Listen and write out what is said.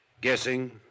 Guessing